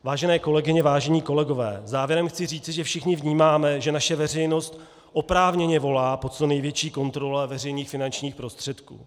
Vážené kolegyně, vážení kolegové, závěrem chci říci, že všichni vnímáme, že naše veřejnost oprávněně volá po co největší kontrole veřejných finančních prostředků.